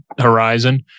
horizon